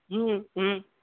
હમ હમ